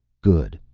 good.